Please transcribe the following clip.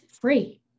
free